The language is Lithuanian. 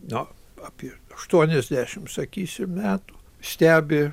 nu apie aštuoniasdešimt sakysim metų stebi